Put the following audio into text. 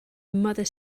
mother